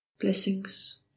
Blessings